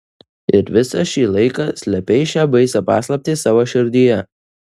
ir visą šį laiką slėpei šią baisią paslaptį savo širdyje